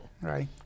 Right